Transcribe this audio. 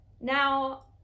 now